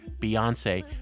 Beyonce